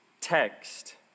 text